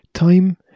Time